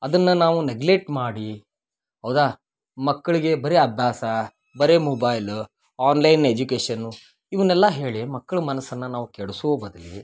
ಅದನ್ನ ನಾವು ನೆಗ್ಲೆಟ್ ಮಾಡಿ ಹೌದಾ ಮಕ್ಕಳಿಗೆ ಬರೆ ಅಭ್ಯಾಸ ಬರೆ ಮೊಬೈಲ ಆನ್ಲೈನ್ ಎಜುಕೇಶನು ಇವ್ನೆಲ್ಲ ಹೇಳಿ ಮಕ್ಕಳು ಮನಸನ್ನ ನಾವು ಕೆಡ್ಸೋ ಬದ್ಲು